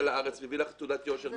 לארץ והביא לך תעודת יושר ממדינה אחרת.